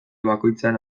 bakoitzean